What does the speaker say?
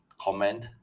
comment